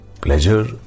pleasure